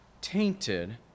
tainted